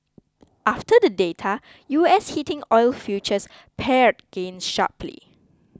after the data U S heating oil futures pared gains sharply